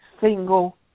single